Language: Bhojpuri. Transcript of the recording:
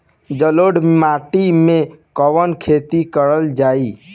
जलोढ़ माटी में कवन खेती करल जाई?